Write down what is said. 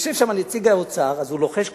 יושב שם נציג האוצר, אז הוא לוחש ככה: